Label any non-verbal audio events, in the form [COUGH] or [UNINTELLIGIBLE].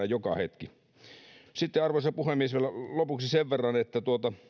[UNINTELLIGIBLE] joka hetki sitten arvoisa puhemies vielä lopuksi sen verran että